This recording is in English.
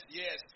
yes